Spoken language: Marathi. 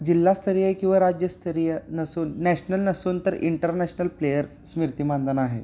जिल्हास्तरीय किंवा राज्यस्तरीय नसून नॅशनल नसून तर इंटरनॅशनल प्लेयर स्मृती मानधना आहे